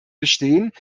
bestehen